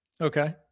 Okay